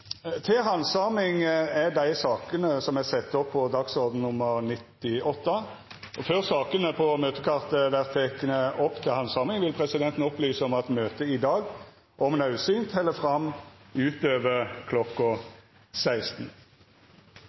Før sakene på møtekartet vert tekne opp til handsaming, vil presidenten opplysa om at møtet i dag om naudsynt held fram utover kl. 16.